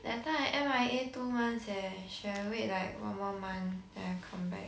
that time I M_I_A two months eh should have wait like one more month then I come back